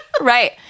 Right